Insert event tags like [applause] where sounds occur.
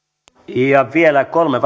ja vielä kolme [unintelligible]